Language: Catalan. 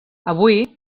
avui